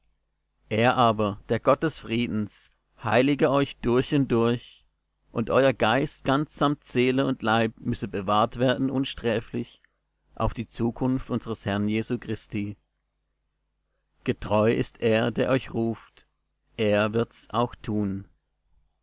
er aber der gott des friedens heilige euch durch und durch und euer geist ganz samt seele und leib müsse bewahrt werden unsträflich auf die zukunft unsers herrn jesu christi getreu ist er der euch ruft er wird's auch tun